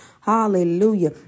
hallelujah